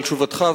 על תשובתך,